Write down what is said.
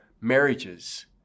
marriages